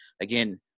Again